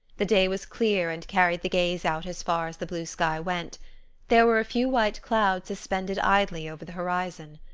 the day was clear and carried the gaze out as far as the blue sky went there were a few white clouds suspended idly over the horizon.